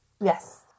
yes